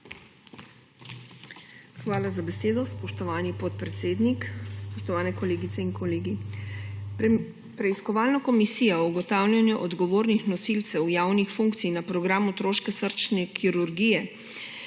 Hvala za besedo. Spoštovani podpredsednik, spoštovani kolegice in kolegi! Preiskovalna komisija o ugotavljanju odgovornosti nosilcev javnih funkcij na programu otroške kardiologije